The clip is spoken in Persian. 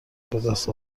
بدست